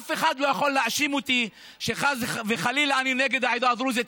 אף אחד לא יכול להאשים אותי שחס וחלילה אני נגד העדה הדרוזית.